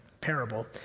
parable